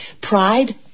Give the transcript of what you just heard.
Pride